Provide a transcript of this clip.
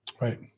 Right